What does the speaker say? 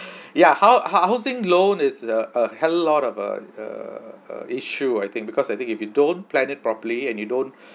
ya hou~ ho~ housing loan is a a hell lot of uh uh uh issue I think because I think if you don't plan it properly and you don't